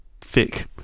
thick